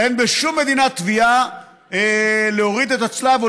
אין בשום מדינה תביעה להוריד את הצלב או